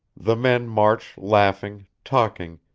the men march laughing, talking,